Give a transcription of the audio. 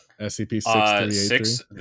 SCP-6383